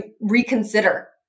reconsider